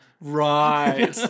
right